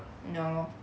mm ya lor